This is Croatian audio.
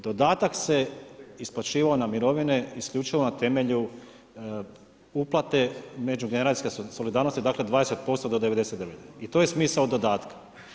Dodatak se isplaćivao na mirovine isključivo na temelju uplate međugeneracijske solidarnosti, dakle 20% do 1999. i to je smisao dodatka.